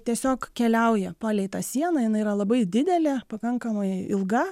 tiesiog keliauja palei tą sieną jinai yra labai didelė pakankamai ilga